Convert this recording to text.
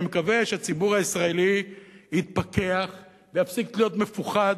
אני מקווה שהציבור הישראלי יתפכח ויפסיק להיות מפוחד,